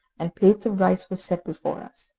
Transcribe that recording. and plates of rice were set before us.